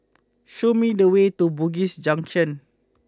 show me the way to Bugis Junction